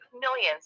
Millions